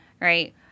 Right